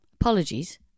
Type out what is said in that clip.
apologies